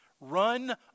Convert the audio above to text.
run